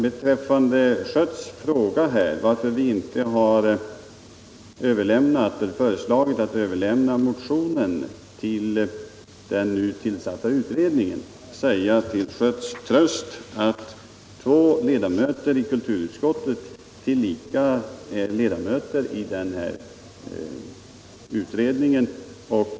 Beträffande herr Schötts fråga varför kulturutskottet inte har föreslagit att motionen skall överlämnas till den nu tillsatta utredningen vill jag säga till herr Schötts tröst att två ledamöter i kulturutskottet tillika är ledamöter i utredningen.